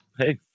Hey